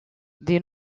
des